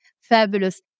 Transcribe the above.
fabulous